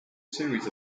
series